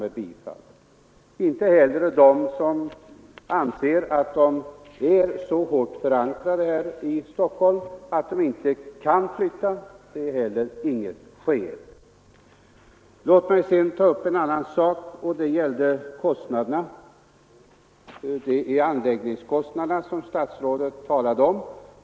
Det betraktas inte heller som något skäl om en person anser sig så hårt förankrad här i Stockholm att han av hälsoskäl inte kan flytta. Låt mig sedan ta upp en annan sak, nämligen anläggningskostnaderna, som statsrådet Sträng talade om.